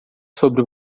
sobre